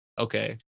Okay